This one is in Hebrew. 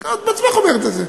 את בעצמך אומרת את זה,